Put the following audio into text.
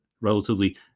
relatively